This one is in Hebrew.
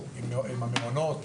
שאי אפשר להתעלם ממנו,